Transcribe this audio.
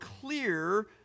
clear